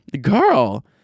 Girl